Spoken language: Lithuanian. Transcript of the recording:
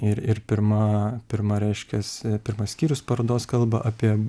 ir ir pirma pirma reiškias pirmas skyrius parodos kalba apie